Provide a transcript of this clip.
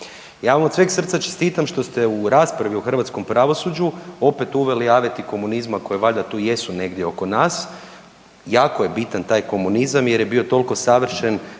Ja vam od sveg srca čestitam što ste u raspravi o hrvatskom pravosuđu opet uveli aveti komunizma koje valjda tu jesu negdje oko nas, jako je bitan taj komunizam jer je bio toliko savršen